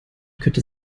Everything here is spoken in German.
könnte